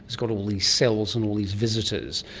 it's got all these cells and all these visitors.